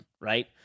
right